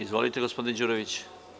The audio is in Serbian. Izvolite, gospodine Đuroviću.